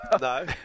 No